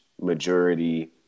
majority